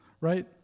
right